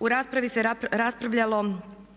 u raspravi se raspravljalo